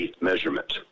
measurement